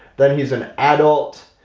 then he's an adult,